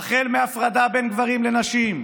החל מהפרדה בין גברים לנשים,